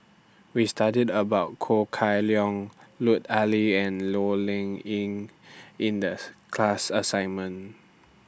We studied about Ho Kah Leong Lut Ali and Low Ing Sing in This class assignment